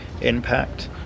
impact